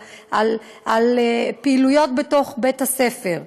על פעילויות בתוך בתי-הספר,